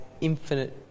infinite